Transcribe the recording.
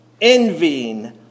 envying